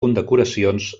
condecoracions